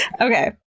Okay